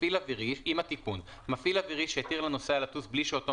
עם התיקון: מפעיל אווירי שהתיר לנוסע לטוס בלי שאותו